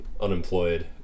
unemployed